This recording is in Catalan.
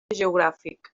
geogràfic